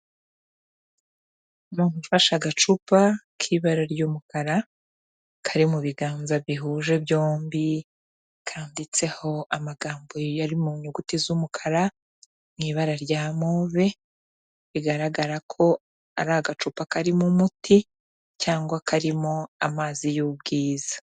Umuntu ufashe agacupa k'ibara ry'umukara, kari mu biganza bihuje byombi, kanditseho amagambo ari mu nyuguti z'umukara, mu ibara rya move, bigaragara ko ari agacupa karimo umuti, cyangwa karimo amazi y'ubwiza.